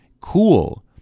cool